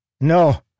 No